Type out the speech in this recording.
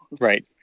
right